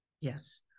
Yes